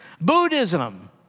Buddhism